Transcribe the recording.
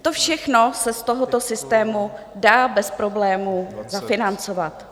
To všechno se z tohoto systému dá bez problémů zafinancovat.